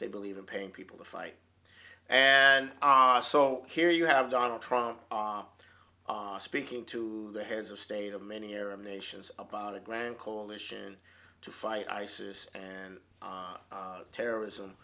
they believe in paying people to fight and are so here you have donald trump are speaking to the heads of state of many arab nations about a grand coalition to fight isis and terrorism